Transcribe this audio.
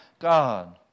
God